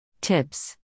Tips